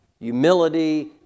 Humility